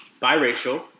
biracial